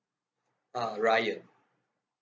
uh ryan